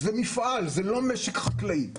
כי זה מפעל ולא משק חקלאי,